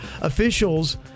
officials